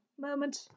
moment